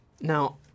Now